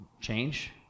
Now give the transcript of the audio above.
change